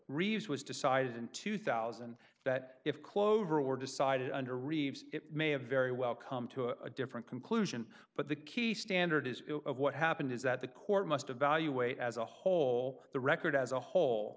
reeves was decided in two thousand that if clover were decided under review it may have very well come to a different conclusion but the key standard is what happened is that the court must evaluate as a whole the record as a whole